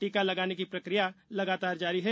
टीका लगाने की प्रक्रिया लगातार जारी है